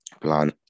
plan